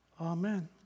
Amen